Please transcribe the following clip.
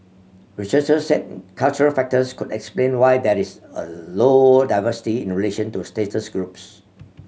researchers said cultural factors could explain why there is a low diversity in relation to status groups